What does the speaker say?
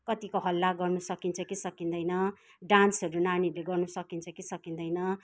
कतिको हल्ला गर्न सकिन्छ कि सकिँदैन डान्सहरू नानीहरूले गर्नु सकिन्छ कि सकिँदैन